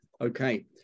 okay